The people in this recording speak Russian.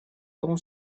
том